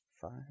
Five